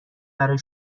برای